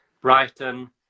Brighton